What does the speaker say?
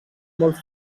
molt